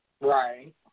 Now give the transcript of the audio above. Right